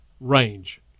range